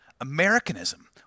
Americanism